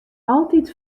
altyd